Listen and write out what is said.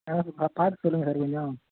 அதுதான் பா பார்த்து சொல்லுங்கள் சார் கொஞ்சம்